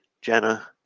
Jenna